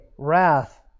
Wrath